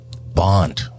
bond